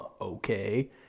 Okay